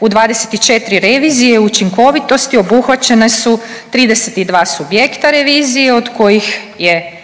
U 24 revizije učinkovitosti obuhvaćene su 32 subjekta revizije od kojih je